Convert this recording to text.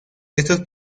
estos